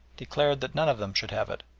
declaring that none of them should have it,